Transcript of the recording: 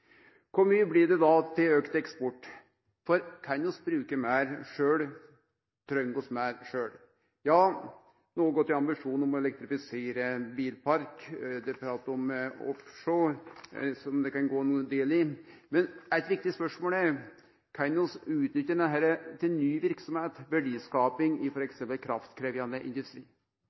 eksport? Kan vi bruke meir sjølve, treng vi meir sjølve? Ja, noko går til ambisjonane om å elektrifisere bilparken, det er prat om at det kan gå ein del til offshore, men eit viktig spørsmål er: Kan vi utnytte dette til ny verksemd, verdiskaping i f.eks. kraftkrevjande industri?